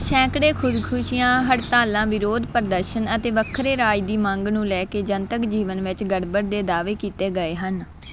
ਸੈਂਕੜੇ ਖ਼ੁਦਕੁਸ਼ੀਆਂ ਹੜਤਾਲਾਂ ਵਿਰੋਧ ਪ੍ਰਦਰਸ਼ਨ ਅਤੇ ਵੱਖਰੇ ਰਾਜ ਦੀ ਮੰਗ ਨੂੰ ਲੈ ਕੇ ਜਨਤਕ ਜੀਵਨ ਵਿੱਚ ਗੜਬੜ ਦੇ ਦਾਅਵੇ ਕੀਤੇ ਗਏ ਹਨ